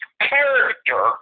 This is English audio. character